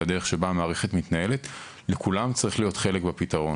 הדרך שבה המערכת מתנהלת לכולם צריך להיות חלק בפתרון.